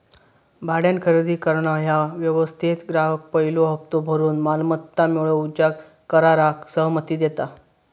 भाड्यान खरेदी करणा ह्या व्यवस्थेत ग्राहक पयलो हप्तो भरून मालमत्ता मिळवूच्या कराराक सहमती देता